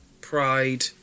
pride